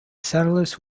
settlers